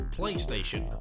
PlayStation